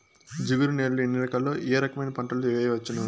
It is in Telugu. జిగురు నేలలు ఎన్ని రకాలు ఏ రకమైన పంటలు వేయవచ్చును?